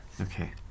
Okay